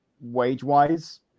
wage-wise